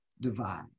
divide